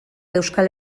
euskal